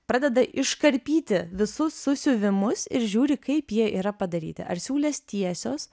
pradeda iškarpyti visus susiuvimus ir žiūri kaip jie yra padaryti ar siūlės tiesios